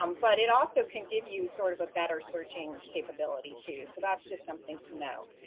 um but it also can give you sort of a better searching capability too. so that's just something to know.